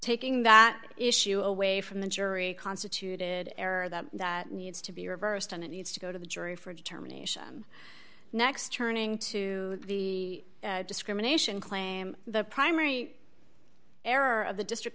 taking that issue away from the jury constituted error that that needs to be reversed and it needs to go to the jury for a determination next turning to the discrimination claim the primary error of the district